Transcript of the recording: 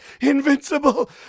Invincible